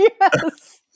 Yes